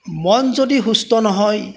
মন যদি সুস্থ নহয়